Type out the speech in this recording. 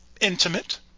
intimate